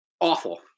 awful